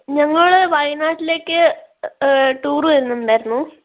ഞങ്ങള് വയനാട്ടിലേക്ക് ടൂർ വരുന്നുണ്ടായിരുന്നു